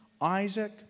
Isaac